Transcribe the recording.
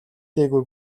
дээгүүр